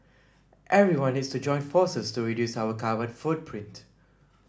everyone needs to join forces to reduce our carbon footprint